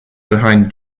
behind